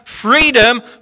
freedom